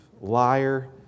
liar